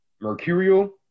mercurial